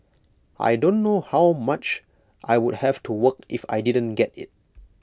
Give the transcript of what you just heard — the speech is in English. I don't know how much I would have to work if I didn't get IT